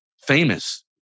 famous